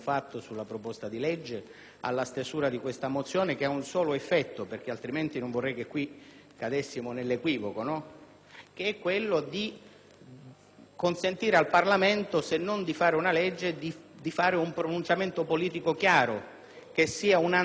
di consentire al Parlamento, se non di fare una legge, di esprimere un pronunciamento politico chiaro, che sia un'anticipazione di ciò che fra due settimane ci auguriamo avvenga in quest'aula, ossia l'approvazione di un testo sulla legge di fine vita.